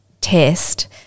test